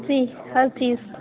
جی ہر چیز